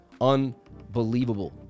Unbelievable